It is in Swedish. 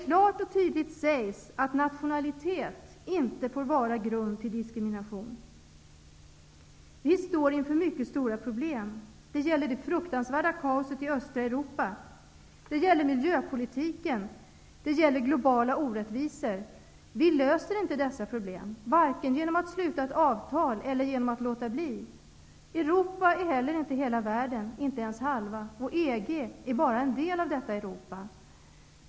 Klart och tydligt sägs det att nationalitet inte får vara grund till diskriminering. Vi står inför mycket stora problem. Det gäller det fruktansvärda kaoset i östra Europa. Det gäller miljöpolitiken. Det gäller de globala orättvisorna. Vi löser inte dessa problem vare sig genom att sluta ett avtal eller genom att låta bli att göra det. Europa är heller inte hela världen, inte ens halva. Och EG är bara en del av detta Europa.